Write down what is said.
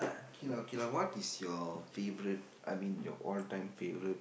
okay lah okay lah what is your favourite I mean your all time favourite